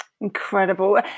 Incredible